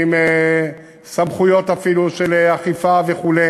ואפילו עם סמכויות של אכיפה וכו',